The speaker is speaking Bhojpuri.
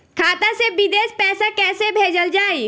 खाता से विदेश पैसा कैसे भेजल जाई?